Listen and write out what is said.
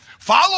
Follow